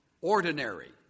ordinary